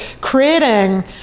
creating